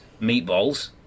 meatballs